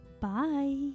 Bye